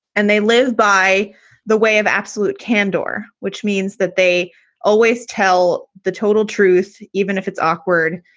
and they live, by the way, of absolute candor, which means that they always tell the total truth, even if it's awkward,